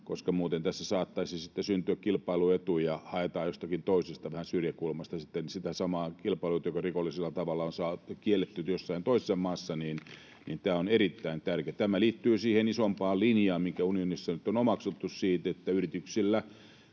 Muuten tässä saattaisi syntyä kilpailuetuja, kun haetaan jostakin toisesta kulmasta, vähän syrjäkulmasta, ja etsitään samaa kilpailuetua rikollisella tavalla, joka on kielletty jossain toisessa maassa, niin että tämä on erittäin tärkeä. Tämä liittyy siihen isompaan linjaan, mikä unionissa nyt on omaksuttu siitä, että yrityksissä